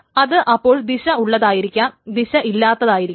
അത് അപ്പോൾ ദിശ ഉള്ളതായിരിക്കാം ദിശ ഇല്ലാത്തതായിരിക്കാം